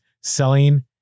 selling